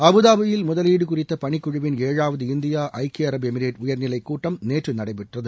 அபுதாபியில் முதலீடு குறித்த பணிக்குழுவின் ஏழாவது இந்தியா ஐக்கிய அரபு எமிரேட் உயர்நிலை கூட்டம் நேற்று நடைபெறுகிறது